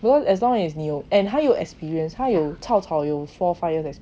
because as long as 你有 and 他有 experience 他 cao cao 有 four five years 的 experience